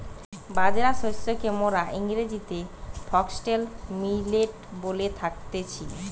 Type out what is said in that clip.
বাজরা শস্যকে মোরা ইংরেজিতে ফক্সটেল মিলেট বলে থাকতেছি